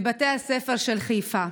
מבתי הספר של חיפה.